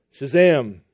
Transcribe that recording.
Shazam